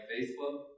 Facebook